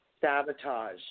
sabotage